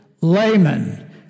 layman